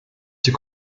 die